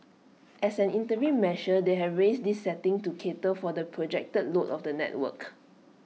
as an interim measure they have raised this setting to cater for the projected load of the network